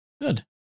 Good